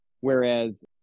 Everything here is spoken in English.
whereas